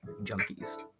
Junkies